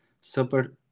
super